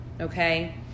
okay